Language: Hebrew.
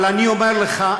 אבל אני אומר לך,